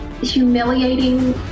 humiliating